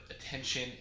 attention